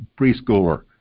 preschooler